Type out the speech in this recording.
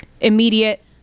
immediate